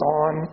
on